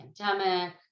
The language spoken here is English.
pandemic